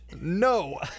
No